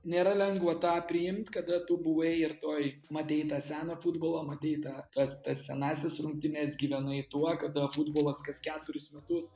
nėra lengva tą priimt kada tu buvai ir toj matei tą seną futbolą matei tą tas tas senąsias rungtynes gyvenai tuo kada futbolas kas keturius metus